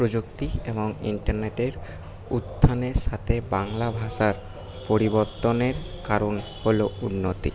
প্রযুক্তি এবং ইন্টারনেটের উত্থানের সাথে বাংলা ভাষার পরিবর্তনের কারণ হলো উন্নতি